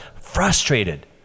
Frustrated